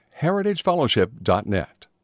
heritagefellowship.net